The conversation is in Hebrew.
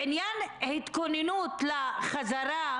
בעניין התכוננות לחזרה,